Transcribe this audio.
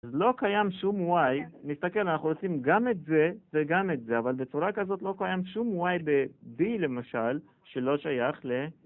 אז לא קיים שום y, נסתכל אנחנו עושים גם את זה וגם את זה אבל בצורה כזאת לא קיים שום y ב-b למשל שלא שייך ל-b.